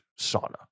sauna